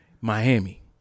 Miami